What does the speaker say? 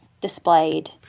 displayed